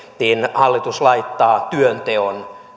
hallitus laittaa työnteon